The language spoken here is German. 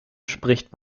spricht